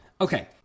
Okay